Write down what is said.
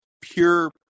pure